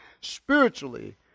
spiritually